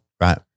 Right